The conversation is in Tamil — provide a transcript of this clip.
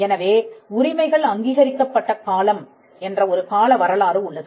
எனவே உரிமைகள் அங்கீகரிக்கப்பட்ட காலம் என்ற ஒரு கால வரலாறு உள்ளது